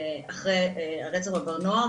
אחרי הרצח בב-נוער,